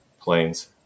planes